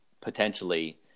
potentially